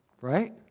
Right